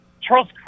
Charles